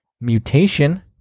mutation